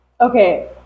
Okay